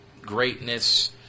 greatness